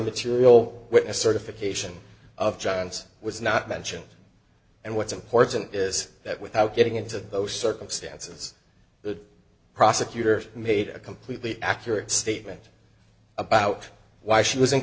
material witness certification of john's was not mentioned and what's important is that without getting into those circumstances the prosecutor made a completely accurate statement about why she